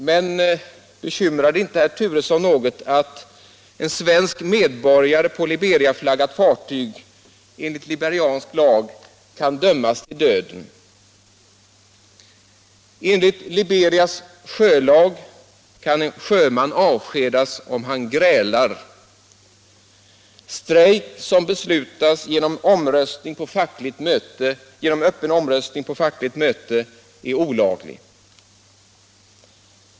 Men bekymrar det inte herr Turesson något att en svensk medborgare på Liberiaflaggat fartyg enligt liberiansk lag kan dömas till döden? Enligt Liberias sjölag kan en sjöman avskedas om han grälar. Strejk som beslutas genom öppen omröstning på fackligt möte är olaglig.